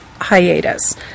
hiatus